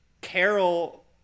Carol